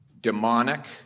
demonic